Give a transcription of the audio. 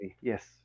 Yes